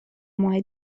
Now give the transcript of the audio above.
ماه